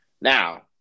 Now